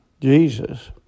Jesus